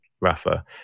Rafa